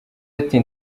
ati